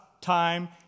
time